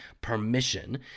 permission